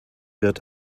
wird